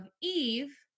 Eve